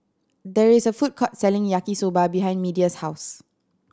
there is a food court selling Yaki Soba behind Media's house